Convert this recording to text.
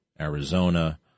arizona